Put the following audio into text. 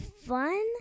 fun